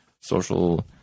social